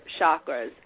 chakras